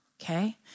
Okay